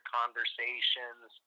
conversations